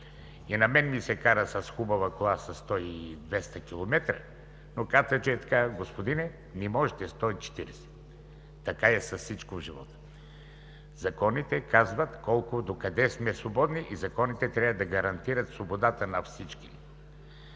И на мен ми се кара хубава кола със 100, с 200 километра, но катаджията казва: „Господине, не можете със 140!“ Така е с всичко в живота. Законите казват колко и докъде сме свободни. И законите трябва да гарантират свободата на всички!